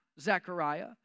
Zechariah